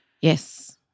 Yes